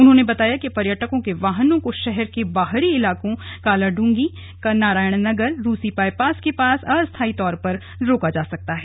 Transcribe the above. उन्होंने बताया कि पर्यटकों के वाहनों को शहर के बाहरी इलाकों कालाडुंगी नारायण नगर रूसी बायपास के पास अस्थायी तौर पर रोका जा रहा है